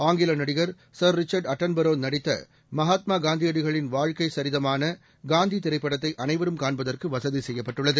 ஆங்கிலநடிகர் sir Richard அட்டன்பரோநடித்தமகாத்மாகாந்தியடிகளின் வாழ்க்கைசரிதமானகாந்திதிரைப்படத்தைஅனைவரும் காண்பதற்குவசதிசெய்யப்பட்டுள்ளது